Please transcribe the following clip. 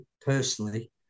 personally